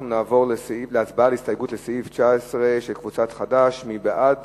אנחנו נעבור להצבעה על הסתייגות של קבוצת חד"ש לסעיף 19. מי בעד